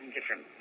Different